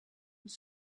was